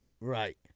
Right